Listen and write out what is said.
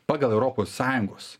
pagal europos sąjungos